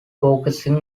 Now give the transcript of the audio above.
focusing